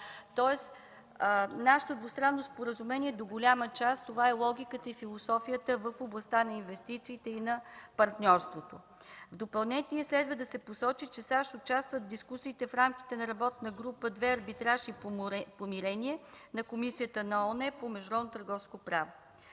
при нашето двустранно споразумение до голяма част това е логиката и философията в областта на инвестициите и на партньорството. В допълнение следва да се посочи, че САЩ участват в дискусиите в рамките на Работна група II „Арбитраж и помирение” на Комисията на ООН по международно търговско право.